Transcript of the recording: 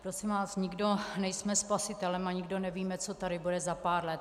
Prosím vás, nikdo nejsme spasitelem a nikdo nevíme, co tady bude za pár let.